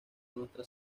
nuestra